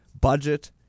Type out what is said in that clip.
budget